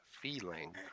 feeling